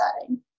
setting